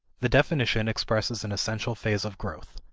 the definition expresses an essential phase of growth.